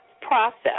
process